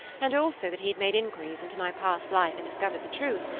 and also that he had made inquiries into my past life and discovered the truth,